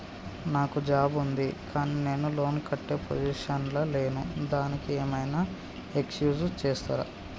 నాకు జాబ్ ఉంది కానీ నేను లోన్ కట్టే పొజిషన్ లా లేను దానికి ఏం ఐనా ఎక్స్క్యూజ్ చేస్తరా?